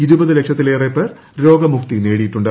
ഇരുപത് ലക്ഷത്തിലേറെ പേർ രോഗമുക്തി നേടിയിട്ടുണ്ട്